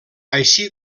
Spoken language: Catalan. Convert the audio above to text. així